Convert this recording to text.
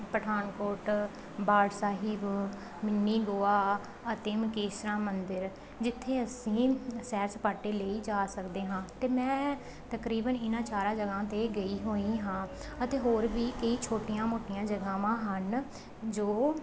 Pathankot Bath Sahib mini Goa ਅਤੇ ਮੁਕੇਸ਼ਰਾ ਮੰਦਰ ਜਿੱਥੇ ਅਸੀਂ ਸੈਰ ਸਪਾਟੇ ਲਈ ਜਾ ਸਕਦੇ ਹਾਂ ਅਤੇ ਮੈਂ ਤਕਰੀਬਨ ਇਹਨਾਂ ਚਾਰਾਂ ਜਗ੍ਹਾ 'ਤੇ ਗਈ ਹੋਈ ਹਾਂ ਅਤੇ ਹੋਰ ਵੀ ਕਈ ਛੋਟੀਆਂ ਮੋਟੀਆਂ ਜਗ੍ਹਾਵਾਂ ਹਨ ਜੋ